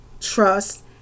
trust